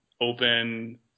open